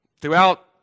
Throughout